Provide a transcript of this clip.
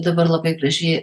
dabar labai gražiai